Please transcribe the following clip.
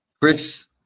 chris